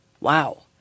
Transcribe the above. wow